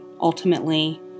Ultimately